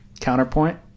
Counterpoint